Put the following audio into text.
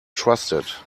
trusted